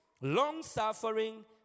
long-suffering